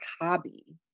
hobby